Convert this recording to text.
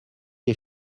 les